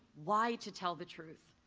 why to tell the truth.